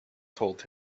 told